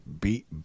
beat